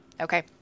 Okay